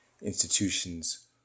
institutions